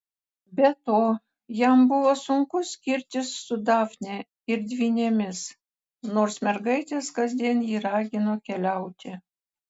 be to jam buvo sunku skirtis su dafne ir dvynėmis nors mergaitės kasdien jį ragino keliauti